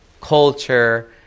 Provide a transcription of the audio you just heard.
Culture